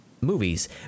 movies